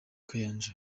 kayanja